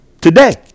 today